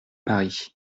paris